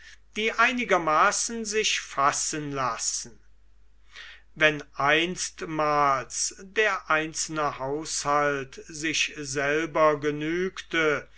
die einigermaßen sich fassen lassen wenn einstmals der einzelne haushalt sich selber genügte